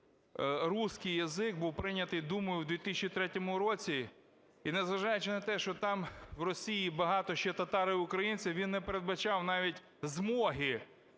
русский язык був прийнятий Думою в 2003 році. І незважаючи на те, що там в Росії багато ще татарів і українців, він не передбачав навіть змоги